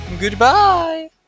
Goodbye